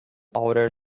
outer